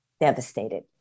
devastated